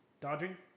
Dodging